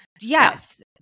Yes